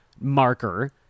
marker